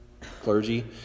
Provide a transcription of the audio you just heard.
clergy